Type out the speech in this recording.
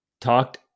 talked